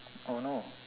oh no